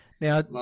Now